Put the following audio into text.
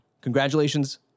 Congratulations